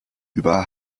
über